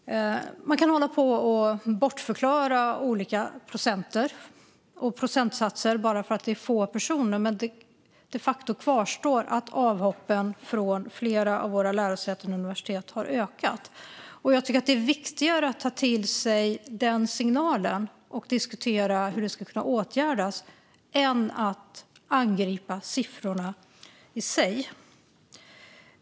Fru talman! Man kan hålla på och bortförklara olika procentsatser bara för att det handlar om få personer, men faktum kvarstår att avhoppen från flera av våra lärosäten och universitet har ökat. Jag tycker att det är viktigare att ta till sig den signalen och diskutera hur det ska kunna åtgärdas än att angripa siffrorna i sig.